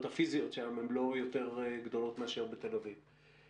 הפיזיות שם הן לא יותר גדולות מאשר בתל אביב.